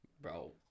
Bro